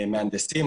מהנדסים,